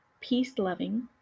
peace-loving